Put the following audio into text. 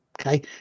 okay